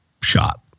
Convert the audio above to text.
shot